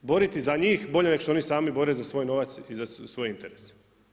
I boriti za njih, bolje nego što oni sami bore za svoj novac i za svoj interes.